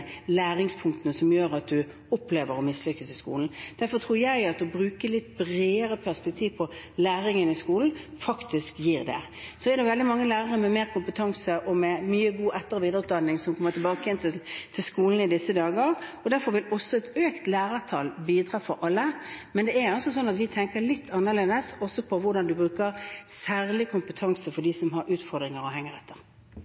opplever å mislykkes i skolen. Derfor tror jeg at å bruke litt bredere perspektiv på læringen i skolen bidrar til det. Det er veldig mange lærere med mer kompetanse og med mye god etter- og videreutdanning som kommer tilbake igjen til skolen i disse dager. Derfor vil også et økt antall lærere bidra for alle. Men vi tenker litt annerledes – og også på hvordan en bruker særlig kompetanse